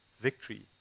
victory